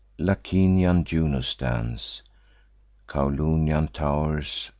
lacinian juno stands caulonian tow'rs,